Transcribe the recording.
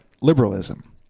liberalism